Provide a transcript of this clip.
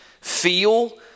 feel